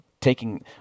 Taking